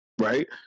Right